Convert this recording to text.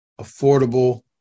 affordable